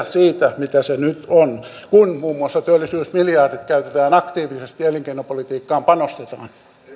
siitä mitä se nyt on kun muun muassa työllisyysmiljardit käytetään aktiivisesti ja elinkeinopolitiikkaan panostetaan